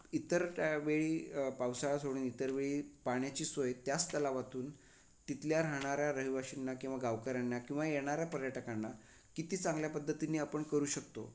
इतर टाय वेळी पावसाळा सोडून इतर वेळी पाण्याची सोय त्याच तलावातून तिथल्या राहणाऱ्या रहिवाशांना किंवा गावकऱ्यांना किंवा येणाऱ्या पर्यटकांना किती चांगल्या पद्धतीने आपण करू शकतो